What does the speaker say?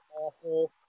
awful